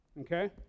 okay